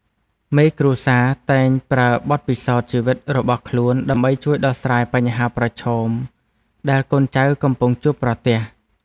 មេគ្រួសារតែងប្រើបទពិសោធន៍ជីវិតរបស់ខ្លួនដើម្បីជួយដោះស្រាយបញ្ហាប្រឈមដែលកូនចៅកំពុងជួបប្រទះ។